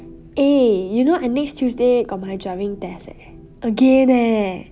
eh you know I next tuesday got my driving test eh again eh